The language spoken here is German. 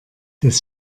des